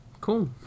cool